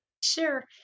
Sure